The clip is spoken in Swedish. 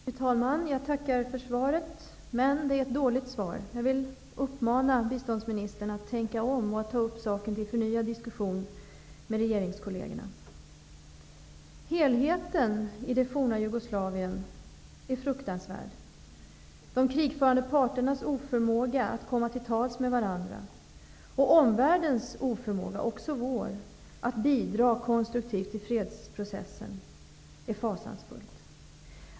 Fru talman! Jag tackar för svaret, men det är ett dåligt svar. Jag vill uppmana biståndsministern att tänka om och ta upp saken till förnyad diskussion med regeringskollegerna. Helheten i det forna Jugoslavien är fruktansvärd. De krigförande parternas oförmåga att komma till tals med varandra, omvärldens oförmåga och även vår oförmåga att bidra konstruktivt till fredsprocessen, är något fasansfullt.